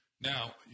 Now